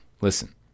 listen